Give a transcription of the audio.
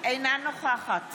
אינה נוכחת